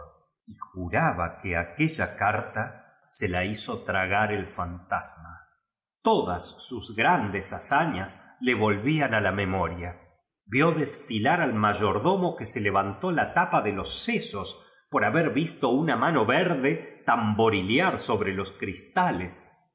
i juraba que aquella carta se la hizo tragar el fantasma todas su grandes hazañas le volvían a la memoria vió destilar al mayordomo que se levantó la tapa le los sesos por haber visto una mano verde tamborilear sobre los cristales